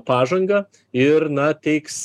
pažangą ir na teiks